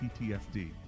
PTSD